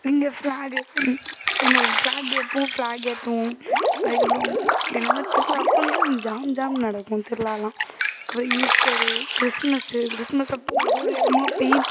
இங்கே ஃபிளாக் என்னது எப்பவும் ஃபிளாக் ஏற்றுவோம் அதுக்கப்புறம் என்னென்ன திருவிழா அப்பந்தான் ஜாம் ஜாம்னு நடக்கும் திருவிழாலாம் க ஈஸ்ட்டர் கிறிஸ்மஸ் கிறிஸ்மஸ் அப்போது ஒரு ஒரு இடமா போயி